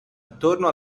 attorno